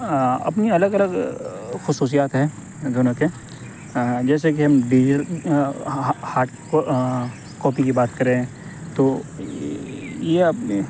اپنی الگ الگ خصوصیات ہیں دونوں کے جیسے کہ ہم ڈیجیٹل ہارڈ کاپی کی بات کریں تو یہ اپنے